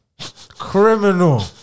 Criminal